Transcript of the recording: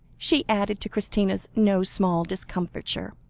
she added, to christina's no small discomfiture,